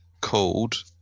called